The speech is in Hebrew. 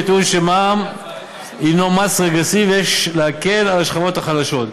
בטיעון שמע"מ הינו מס רגרסיבי ויש להקל על השכבות החלשות.